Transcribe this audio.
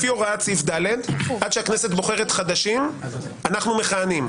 לפי הוראת סעיף (ד) עד שהכנסת בוחרת חדשים אנחנו מכהנים,